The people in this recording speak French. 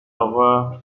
avoir